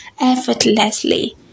effortlessly